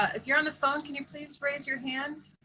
ah if you're on the phone, can you please raise your hands?